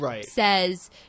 says